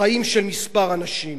חיים של כמה אנשים.